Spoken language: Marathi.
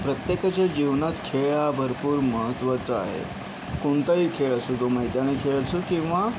प्रत्येकाच्या जीवनात खेळ हा भरपूर महत्त्वाचा आहे कोणताही खेळ असो तो मैदानी खेळ असो किंवा